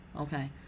Okay